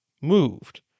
moved